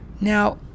Now